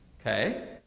okay